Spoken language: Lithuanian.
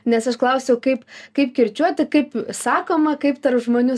nes aš klausiau kaip kaip kirčiuoti kaip sakoma kaip tarp žmonių